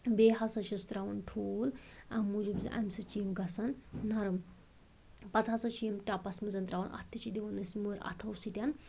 بیٚیہِ ہسا چھِس تراوان ٹھوٗل اَمہِ موٗجوٗب زِ اَمہِ سۭتۍ چھِ یہِ گژھان نرم پتہٕ ہسا چھِ یِم ٹَپَس منٛز تراوان اَتھ تہِ چھِ دِوان أسۍ مُر اَتھو سۭتۍ